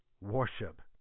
worship